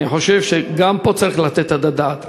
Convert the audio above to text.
אני חושב שגם פה צריך לתת את הדעת.